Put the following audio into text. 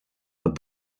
but